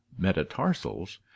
metatarsals